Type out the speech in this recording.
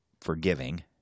forgiving